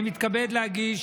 אני מתכבד להגיש